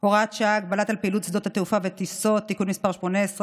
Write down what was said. (הוראת שעה) (הגבלות על הפעלת שדות תעופה וטיסות) (תיקון מס' 18),